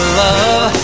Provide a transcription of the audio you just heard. love